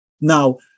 Now